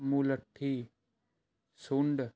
ਮੁਲੱਠੀ ਸੁੰਡ